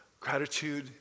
gratitude